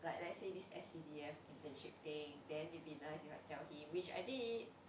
like let's say this S_C_D_F internship thing then it'd be nice if I tell him which I did